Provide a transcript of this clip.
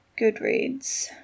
Goodreads